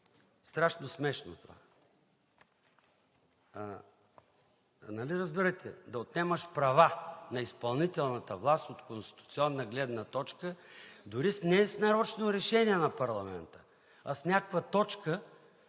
страшно смешно това. Нали разбирате, да отнемаш права на изпълнителната власт от конституционна гледна точка дори не и с нарочно решение на парламента, а с някаква точка